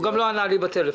הוא גם לא ענה לי בטלפון.